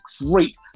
great